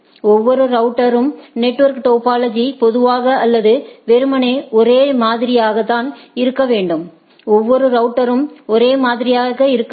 ஒவ்வொரு ரவுட்டரும் network topology பொதுவாக அல்லது வெறுமனே ஒரே மாதிரியாக தான் இருக்க வேண்டும் ஒவ்வொரு ரவுட்டரும்ஒரே மாதிரியாக இருக்க வேண்டும்